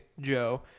Joe